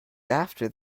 after